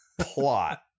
plot